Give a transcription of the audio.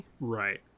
Right